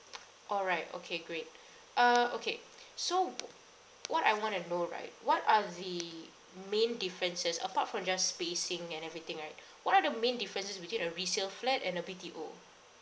all right okay great uh okay so what I wanna know right what are the main differences apart from just spacing and everything right what are the main differences between a resale flat and a B_T_O